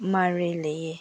ꯃꯔꯤ ꯂꯩꯌꯦ